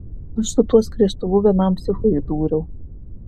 aš su tuo skriestuvu vienam psichui įdūriau